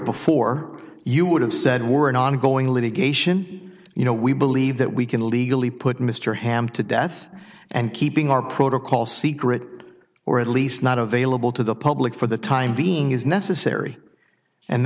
before you would have said we're an ongoing litigation you know we believe that we can legally put mr hamm to death and keeping our protocol secret or at least not available to the public for the time being is necessary and